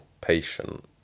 patient